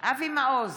אבי מעוז,